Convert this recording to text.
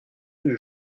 rue